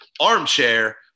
ARMCHAIR